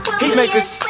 heatmakers